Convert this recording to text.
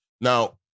Now